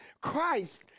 Christ